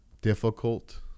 difficult